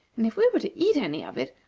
and if we were to eat any of it,